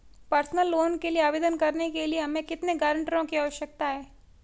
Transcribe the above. Personal loan के लिए आवेदन करने के लिए हमें कितने गारंटरों की आवश्यकता है?